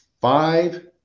five